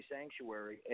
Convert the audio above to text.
sanctuary